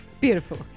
Beautiful